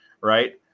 right